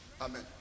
Amen